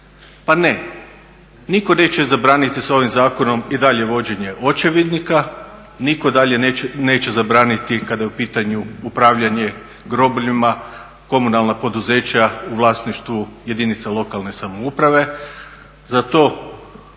Pa ne, nitko neće zabraniti s ovim zakonom i dalje vođenje očevidnika, nitko neće zabraniti kada je u pitanju upravljanje grobljima komunalna poduzeća u vlasništvu jedinica lokalne samouprave.